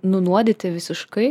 nunuodyti visiškai